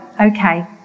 okay